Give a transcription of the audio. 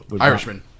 Irishman